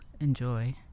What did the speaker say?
enjoy